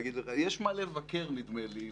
יש מה לבקר, נדמה לי.